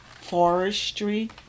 forestry